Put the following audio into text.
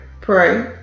pray